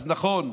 אז נכון,